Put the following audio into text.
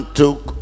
took